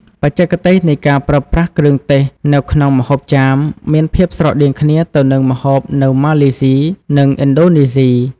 បច្ចេកទេសនៃការប្រើប្រាស់គ្រឿងទេសនៅក្នុងម្ហូបចាម មានភាពស្រដៀងគ្នាទៅនឹងម្ហូបនៅម៉ាឡេសុី និងឥណ្ឌូនេស៊ី។